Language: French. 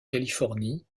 californie